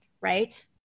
right